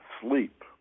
sleep